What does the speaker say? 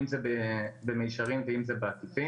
אם זה במישרין ואם זה בעקיפין.